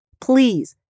please